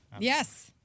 Yes